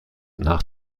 nach